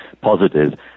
positive